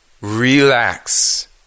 Relax